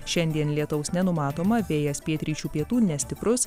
šiandien lietaus nenumatoma vėjas pietryčių pietų nestiprus